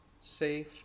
safe